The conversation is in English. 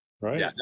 Right